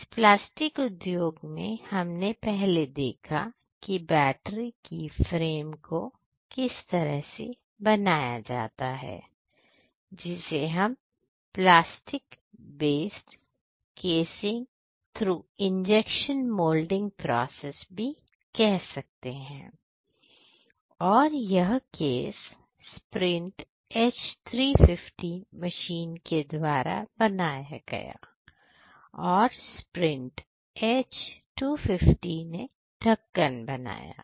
इस प्लास्टिक उद्योग में हमने पहले देखा की बैटरी की फ्रेम को किस तरह से बनाया जाता है जिसे हम plastic based casing through injection moulding process भी कह सकते हैं और यह केस sprint H350 मशीन के द्वारा बनाया गया और sprint H250 ने ढक्कन बनाया